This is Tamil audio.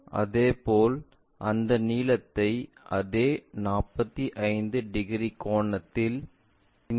அதேபோல் அந்த நீளத்தை அதே 45 டிகிரி கோணத்தில் இந்த திசையில் மாற்றவும்